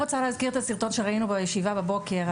אני רק רוצה להזכיר את הסרטון שראינו בישיבה הבוקר,